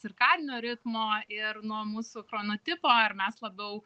cirkadinio ritmo ir nuo mūsų chronotipo ar mes labiau